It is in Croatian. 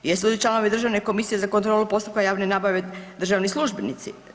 Jesu li članovi Državne komisije za kontrolu postupka javne nabave državni službenici?